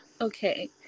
Okay